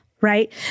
Right